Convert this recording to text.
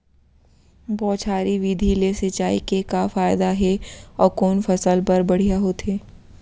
बौछारी विधि ले सिंचाई के का फायदा हे अऊ कोन फसल बर बढ़िया होथे?